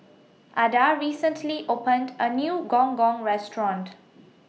Ada recently opened A New Gong Gong Restaurant